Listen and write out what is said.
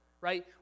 right